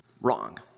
Wrong